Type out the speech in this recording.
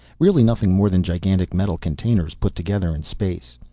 really nothing more than gigantic metal containers, put together in space.